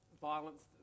violence